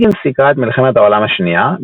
היגינס סיקרה את מלחמת העולם השנייה,